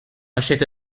achète